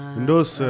Windows